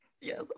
yes